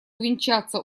увенчаться